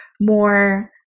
more